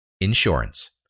Insurance